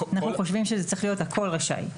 אנחנו חושבים שהכול צריך להיות רשאי.